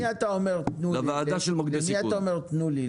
למי אתה אומר תנו לי את זה,